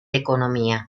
economía